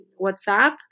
WhatsApp